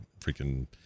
freaking